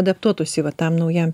adaptuotųsi vat tam naujam